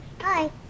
Hi